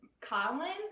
Colin